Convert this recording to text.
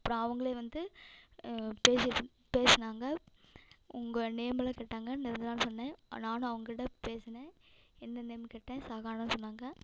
அப்றம் அவுங்களே வந்து பேசிட்டு பேசுனாங்க உங்கள் நேம் எல்லாம் கேட்டாங்க நிரஞ்சனானு சொன்னேன் நானும் அவங்கிட்ட பேசுனேன் என்ன நேம் கேட்டேன் சஹானா சொன்னாங்க